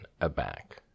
aback